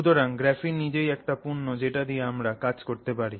সুতরাং গ্রাফিন নিজেই একটা পণ্য যেটা দিয়ে আমরা কাজ করতে পারি